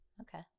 okay